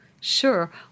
Sure